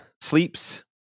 sleeps